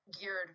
geared